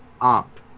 up